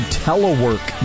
telework